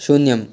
शून्यम्